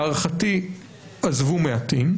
להערכתי עזבו מעטים,